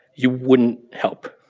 you wouldn't help.